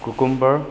cucumber